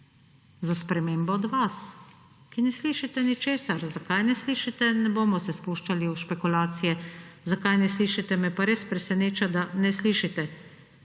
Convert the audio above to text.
Za spremembo od vas, ki ne slišite ničesar. Zakaj ne slišite? Ne bomo se spuščali v špekulacije, zakaj ne slišite, me pa res preseneča, da ne slišite;